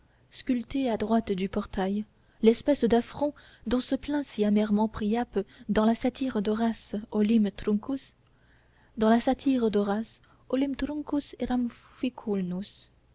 sculptée à droite du portail l'espèce d'affront dont se plaint si amèrement priape dans la satire d'horace